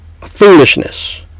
Foolishness